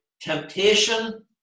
temptation